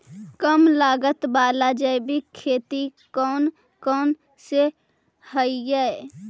कम लागत वाला जैविक खेती कौन कौन से हईय्य?